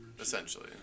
Essentially